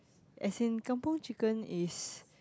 as in kampung chicken is